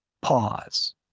pause